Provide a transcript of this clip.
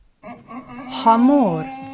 hamor